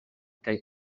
kaj